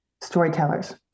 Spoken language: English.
Storytellers